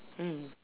mm